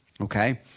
Okay